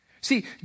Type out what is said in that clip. See